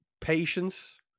patience